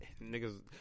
niggas